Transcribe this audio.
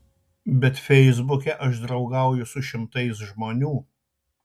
bet feisbuke aš draugauju su šimtais žmonių